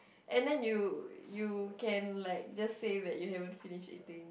and then you you can like just say that you haven't finish eating